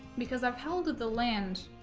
because i've helded the land